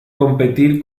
competir